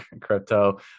crypto